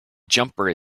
jumper